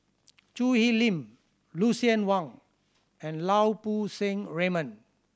Choo Hwee Lim Lucien Wang and Lau Poo Seng Raymond